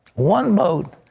one vote,